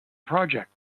project